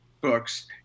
books